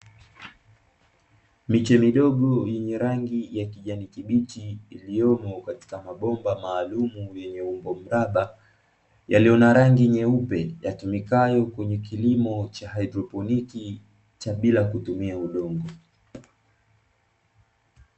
Miche midogo yenye rangi ya kijani kibichi iliyomo katika mabomba maalamu yenye umbo mraba yaliyo na rangi nyeupe, yatumikayo kwenye kilimo cha haidroponi cha bila kutumia udongo.